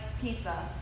pizza